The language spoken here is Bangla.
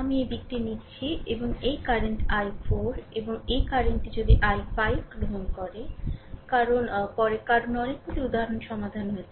আমি এই দিকটি নিচ্ছি এবং এই কারেন্ট i4 এবং এই কারেন্টটি যদি i5 গ্রহণ করে কারণ পরে কারণ অনেকগুলি উদাহরণ সমাধান হয়েছে